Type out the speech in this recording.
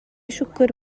siwgr